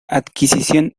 adquisición